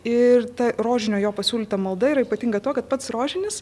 ir ta rožinio jo pasiūlyta malda yra ypatinga tuo kad pats rožinis